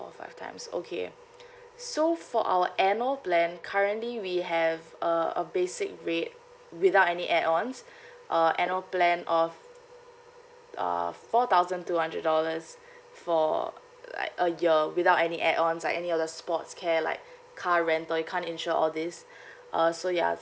four five times okay so for our annual plan currently we have a a basic rate without any add ons uh annual plan of uh four thousand two hundred dollars for like a year without any add ons or any other sports care like car rental you can't insure all this uh so ya